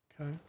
Okay